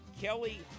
Kelly